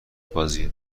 بازیه